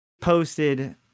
posted